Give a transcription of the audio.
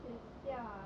siao ah